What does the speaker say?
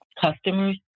Customers